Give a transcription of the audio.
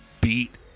beat